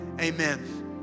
Amen